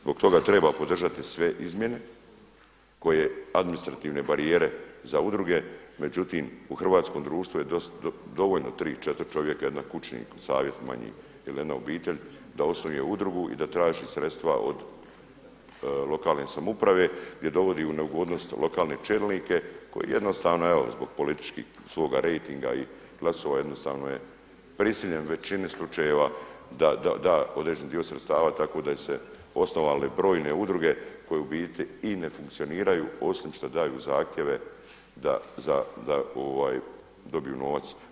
Zbog toga treba podržati sve izmjene koje administrativne barijere za udruge, međutim u hrvatskom društvu je dovoljno tri, četiri čovjeka i jedan kućni savjet manji ili jedna obitelj da osnuje udrugu i da traži sredstva od lokalne samouprave gdje dovodi u neugodnost lokalne čelnike jednostavno evo zbog političkog svoga rejtinga i glasova jednostavno je prisiljen u većini slučajeva da određeni dio sredstava tako da je se osnovale brojne udruge koje u biti i ne funkcioniraju osim šta daju zahtjeve da dobiju novac.